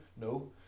No